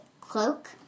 cloak